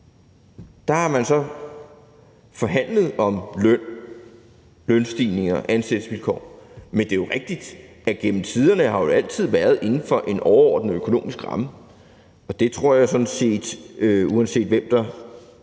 man sige, så forhandlet om løn, lønstigninger og ansættelsesvilkår, men det er jo rigtigt, at gennem tiderne har det jo altid været inden for en overordnet økonomisk ramme, og jeg tror sådan set, uanset hvem der